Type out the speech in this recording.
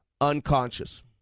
unconscious